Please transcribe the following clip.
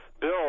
bill